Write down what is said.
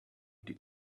did